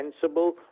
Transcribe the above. sensible